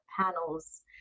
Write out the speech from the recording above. panels